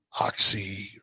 oxy